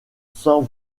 sans